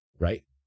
right